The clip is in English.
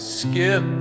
skip